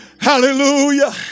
hallelujah